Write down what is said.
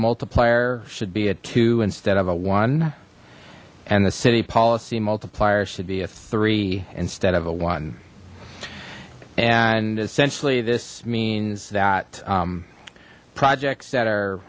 multiplier should be a two instead of a one and the city policy multiplier should be a three instead of a one and essentially this means that projects that are